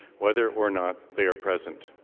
whether or not they are present.